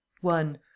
one